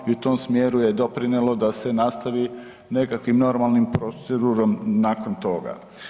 i u tom smjeru je doprinijelo da se nastavi nekakvom normalnom procedurom nakon toga.